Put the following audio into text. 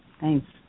thanks